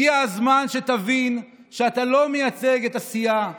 הגיע הזמן שתבין שאתה לא מייצג את הסיעה,